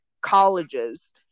colleges